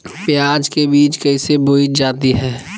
प्याज के बीज कैसे बोई जाती हैं?